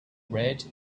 red